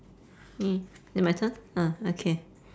mm is it my turn uh okay